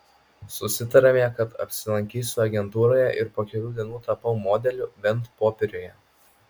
susitarėme kad apsilankysiu agentūroje ir po kelių dienų tapau modeliu bent popieriuje